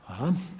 Hvala.